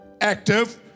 active